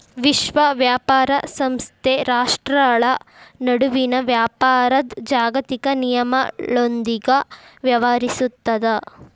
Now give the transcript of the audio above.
ವಿಶ್ವ ವ್ಯಾಪಾರ ಸಂಸ್ಥೆ ರಾಷ್ಟ್ರ್ಗಳ ನಡುವಿನ ವ್ಯಾಪಾರದ್ ಜಾಗತಿಕ ನಿಯಮಗಳೊಂದಿಗ ವ್ಯವಹರಿಸುತ್ತದ